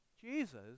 Jesus